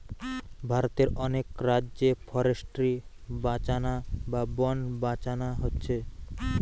ভারতের অনেক রাজ্যে ফরেস্ট্রি বাঁচানা বা বন বাঁচানা হচ্ছে